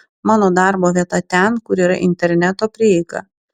mano darbo vieta ten kur yra interneto prieiga